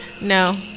No